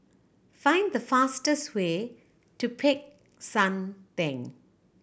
find the fastest way to Peck San Theng